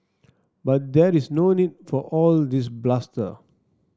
but there is no need for all this bluster